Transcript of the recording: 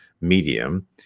medium